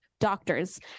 doctors